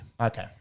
Okay